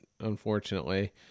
unfortunately